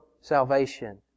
salvation